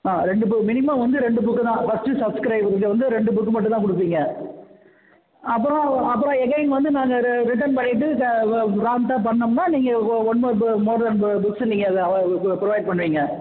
ஆ ரெண்டு பு மினிமம் வந்து ரெண்டு புக்கு தான் ஃபர்ஸ்ட்டு சப்ஸ்கிரிப் இது வந்து ரெண்டு புக்கு மட்டும் தான் கொடுப்பீங்க அப்புறம் அப்புறம் எகைன் வந்து நான் ரி ரிட்டன் பண்ணிவிட்டு சா வா ப்ராம்டாக பண்ணிணோம்னா நீங்கள் ஓ ஒன் மோர் டோ மோர் தென் பு புக்ஸு நீங்கள் இதை அவைலபில் இது ப்ரொவைட் பண்ணுவீங்க